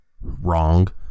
Wrong